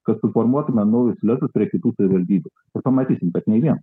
kad suformuotume naujus lezus prie kitų savivaldybių bet pamatysim kad nei vieno